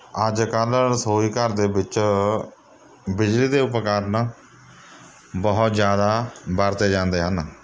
ਅੱਜ ਕੱਲ੍ਹ ਰਸੋਈ ਘਰ ਦੇ ਵਿੱਚ ਬਿਜਲੀ ਦੇ ਉਪਕਰਣ ਬਹੁਤ ਜ਼ਿਆਦਾ ਵਰਤੇ ਜਾਂਦੇ ਹਨ